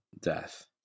death